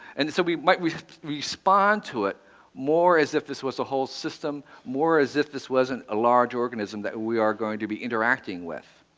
and so we might respond to it more as if this was a whole system, more as if this wasn't a large organism that we are going to be interacting with.